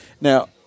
Now